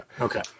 okay